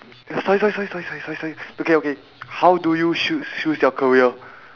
eh sorry sorry sorry sorry sorry sorry okay okay how do you choose choose your career